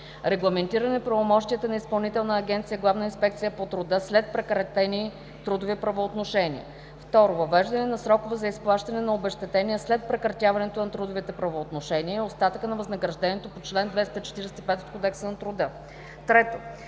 агенция „Главна инспекция по труда“ след прекратени трудови правоотношения. 2. Въвеждане на срокове за изплащане на обезщетения след прекратяването на трудовите правоотношения, остатъкът на възнаграждението по чл. 245 от Кодекса на труда. 3.